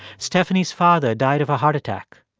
stephanie's father died of a heart attack.